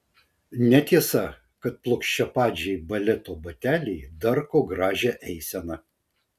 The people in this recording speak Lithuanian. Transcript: netiesa kad plokščiapadžiai baleto bateliai darko gražią eiseną